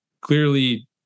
clearly